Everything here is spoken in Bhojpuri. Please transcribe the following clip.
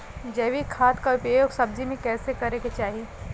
जैविक खाद क उपयोग सब्जी में कैसे करे के चाही?